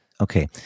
Okay